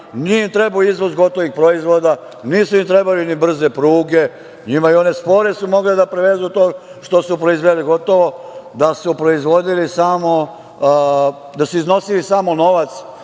nije im trebao izvoz gotovih proizvoda, nisu im trebali ni brze pruge, njima i one spore su mogle da prevezu to što su proizveli gotovo, da su proizvodili samo, da su iznosili samo novac